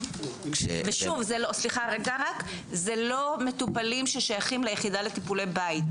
וזה לא מטופלים ששייכים ליחידה לטיפולי בית.